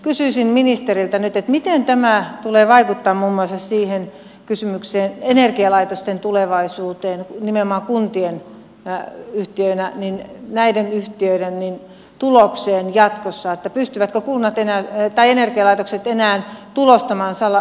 kysyisin ministeriltä nyt että miten tämä tulee vaikuttamaan muun muassa kysymykseen energialaitosten tulevaisuudesta nimenomaan kuntien yhtiöinä näiden yhtiöiden tulokseen jatkossa että pystyvätkö energialaitokset enää tulostamaan samalla lailla tulosta kuntien taseeseen kuin aikaisemmin